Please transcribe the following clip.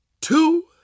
two